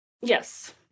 Yes